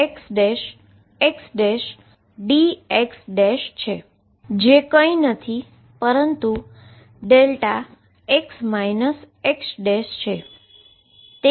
જે એ કંઈ નથી પરંતુ δx x છે